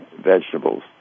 vegetables